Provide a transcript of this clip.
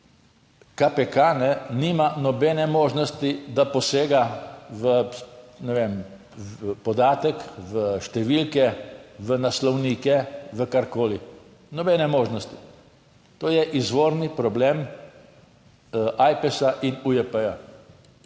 KPK nima nobene možnosti, da posega v, ne vem, podatek, v številke, v naslovnike, v karkoli, nobene možnosti, to je izvorni problem Ajpesa in UJP.